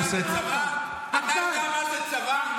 אתה יודע מה זה צבא?